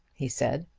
he said.